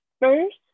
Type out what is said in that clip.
first